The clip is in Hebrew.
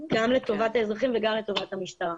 גם לטובת האזרחים וגם לטובת המשטרה.